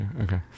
Okay